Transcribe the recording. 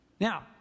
Now